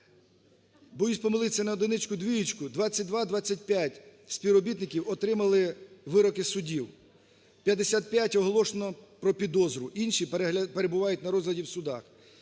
Боюсь помилитися на одиничку-двієчку, 22-25 співробітників отримали вироки судів, 55 оголошено про підозру, інші перебувають на розгляді в судах.